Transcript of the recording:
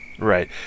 Right